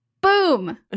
boom